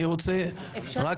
לא,